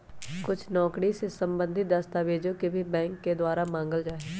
कुछ नौकरी से सम्बन्धित दस्तावेजों के भी बैंक के द्वारा मांगल जा हई